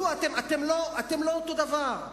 אתם לא אותו דבר.